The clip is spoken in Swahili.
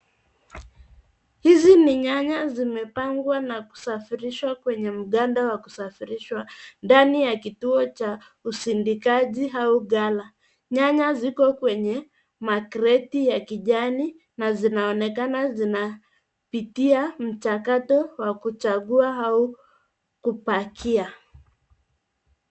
Hizi ni nyanya zimepangwa na kusafirishwa kwenye mganda wa kusafirishwa ndani ya kituo cha usindikaji au ghala. Nyanya ziko kwenye makreti ya kijani na zinaonekana zinapitia mchakato wa kuchagua au kupakia.